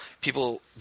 people